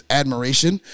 admiration